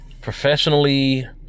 professionally